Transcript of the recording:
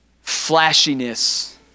flashiness